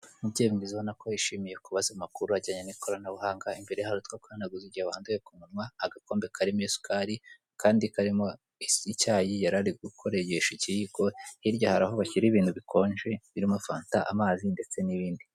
Umubyeyi mwiza ubona ko yishimiye kubaza amakuru ajyanye n'ikoranabuhanga. Imbere ye hari utwo kwihanaguza igihe wanduye ku munwa, agakombe karimo isukari kandi karimo icyayi yari gukorogesha ikiyiko. Hirya hari aho bashyira ibintu bikonje birimo fanta, amazi ndetse n'ibindi.